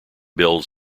build